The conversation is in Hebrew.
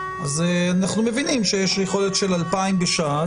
אז אנחנו מבינים שיש יכולת של 2,000 בשעה,